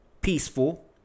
peaceful